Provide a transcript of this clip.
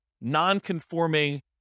non-conforming